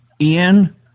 Ian